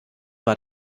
war